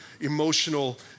emotional